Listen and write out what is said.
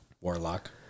warlock